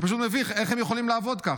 איך הם יכולים לעבוד ככה?